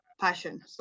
passion